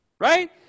right